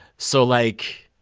so, like,